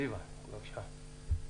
זיוה, בבקשה.